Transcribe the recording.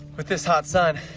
with this hot sun